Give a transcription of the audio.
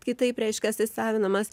kitaip reiškias įsavinamas